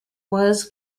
was